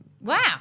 Wow